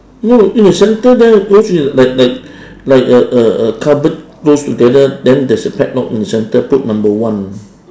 no in the centre there don't you like like like a a a cupboard close together then there's a padlock in center put number one